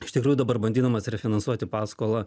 iš tikrųjų dabar bandydamas refinansuoti paskolą